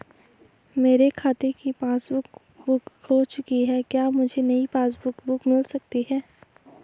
मेरे खाते की पासबुक बुक खो चुकी है क्या मुझे नयी पासबुक बुक मिल सकती है?